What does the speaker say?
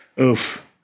Oof